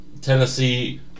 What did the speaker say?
Tennessee